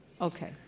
Okay